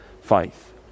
faith